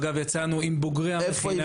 אגב יצאנו עם בוגרי המכינה.